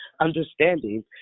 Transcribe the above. understanding